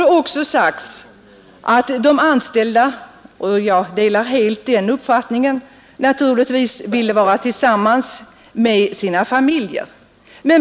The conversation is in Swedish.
Det har också sagts att de anställda har — jag delar helt den uppfattningen — behov av att vara tillsammans med sina familjer.